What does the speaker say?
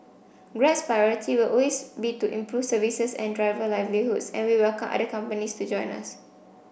grab's priority will always be to improve services and driver livelihoods and we welcome other companies to join us